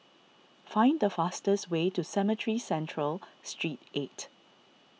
find the fastest way to Cemetry Central Street eight